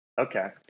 Okay